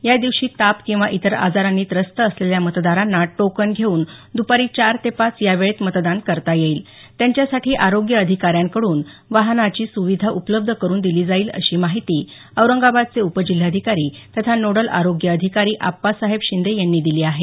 या दिवशी ताप किंवा इतर आजारांनी त्रस्त असलेल्या मतदारांना टोकन घेऊन दुपारी चार ते पाच या वेळेत मतदान करता येईल त्यांच्यासाठी आरोग्य अधिकाऱ्यांकडून वाहनाची सुविधा उपलब्ध करून दिली जाईल अशी माहिती औरंगाबादचे उपजिल्हाधिकारी तथा नोडल आरोग्य अधिकारी आप्पासाहेब शिंदे यांनी दिली आहे